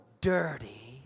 dirty